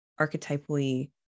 archetypally